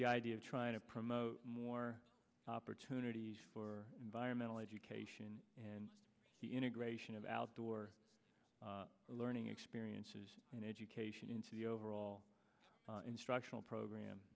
the idea of trying to promote more opportunities for environmental education and the integration of outdoor learning experiences and education into the overall instructional program